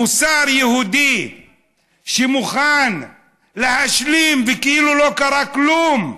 מוסר יהודי שמוכן להשלים, וכאילו לא קרה כלום,